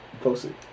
posted